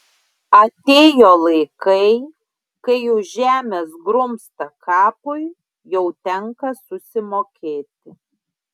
atėjo laikai kai už žemės grumstą kapui jau tenka susimokėti